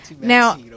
now